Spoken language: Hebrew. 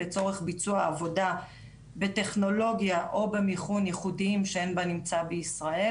לצורך ביצוע עבודה בטכנולוגיה או במיכון ייחודיים שאין בנמצא בישראל.